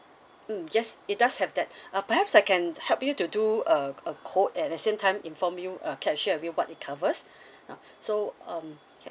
mm yes it does have that uh perhaps I can help you to do a a quote and at the same time inform you uh can share with you what it covers now so um